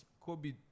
Kobe